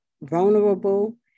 vulnerable